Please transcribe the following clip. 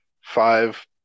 Five